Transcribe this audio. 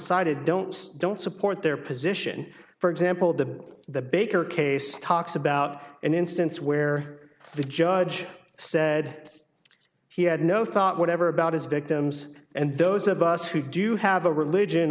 cited don't don't support their position for example the the baker case talks about an instance where the judge said he had no thought whatever about his victims and those of us who do have a religion